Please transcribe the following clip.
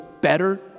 better